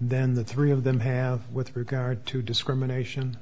then the three of them have with regard to discrimination